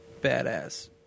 badass